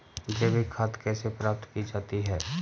जैविक खाद कैसे प्राप्त की जाती है?